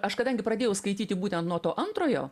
aš kadangi pradėjau skaityti būtent nuo to antrojo